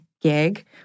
gig